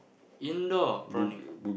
indoor prawning